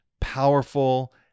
powerful